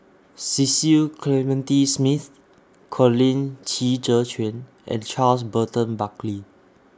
Cecil Clementi Smith Colin Qi Zhe Quan and Charles Burton Buckley